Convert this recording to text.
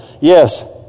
Yes